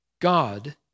God